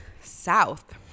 south